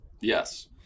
yes